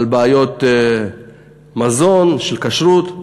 על בעיות מזון, של כשרות,